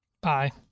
Bye